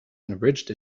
unabridged